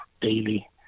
daily